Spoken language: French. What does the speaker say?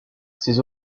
ses